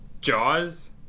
Jaws